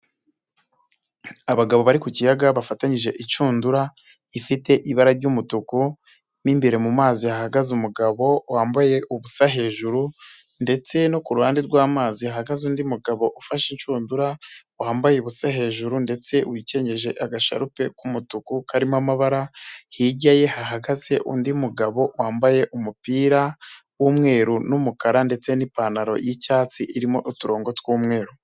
Abagabo bari ku kiyaga bafatanyije inshundura ifite ibara ry'umutuku mo imbere mu mazi hahagaze umugabo wambaye ubusa hejuru ndetse no ku ruhande rw'amazi hahagaze undi mugabo ufashe inshundura wambaye ubusa hejuru ndetse wikenyeje agasharupe k'umutuku karimo amabara, hirya ye hahagaze undi mugabo wambaye umupira w'umweru n'umukara ndetse n'ipantaro y'icyatsi irimo uturongo tw'umweru.